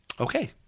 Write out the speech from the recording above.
Okay